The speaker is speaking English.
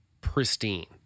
pristine